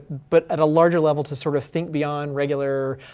but at a larger level to sort of think beyond regular